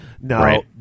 Now